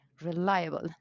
reliable